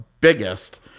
biggest